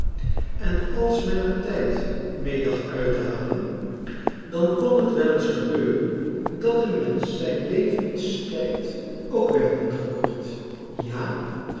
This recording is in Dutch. en als men er tijd mee dacht uit te halen dan kon het wel eens gebeuren dat een mensch zijn levenstijd ook werd ingekort ja